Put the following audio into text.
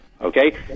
okay